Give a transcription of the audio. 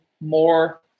more